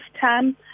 time